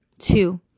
Two